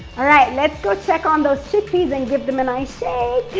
all right, let's go check on those chickpeas and give them a nice shake.